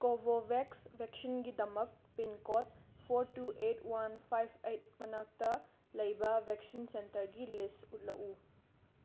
ꯀꯣꯕꯣꯕꯦꯛꯁ ꯕꯦꯛꯁꯤꯟꯒꯤꯗꯃꯛ pin code four two eight one five eight ꯃꯅꯥꯛꯇ ꯂꯩꯕ ꯕꯦꯛꯁꯤꯟ ꯆꯦꯟꯇꯔꯒꯤ ꯂꯤꯁ ꯎꯠꯂꯛꯎ